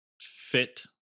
fit